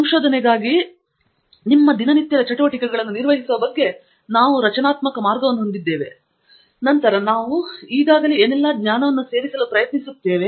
ಸಂಶೋಧನೆಗಾಗಿ ನಮ್ಮ ದಿನನಿತ್ಯದ ಚಟುವಟಿಕೆಗಳನ್ನು ನಿರ್ವಹಿಸುವ ಬಗ್ಗೆ ನಾವು ರಚನಾತ್ಮಕ ಮಾರ್ಗವನ್ನು ಹೊಂದಿದ್ದೇವೆ ಮತ್ತು ನಂತರ ನಾವು ಈಗಾಗಲೇ ಏನೆಲ್ಲಾ ಜ್ಞಾನವನ್ನು ಸೇರಿಸಲು ಪ್ರಯತ್ನಿಸುತ್ತೇವೆ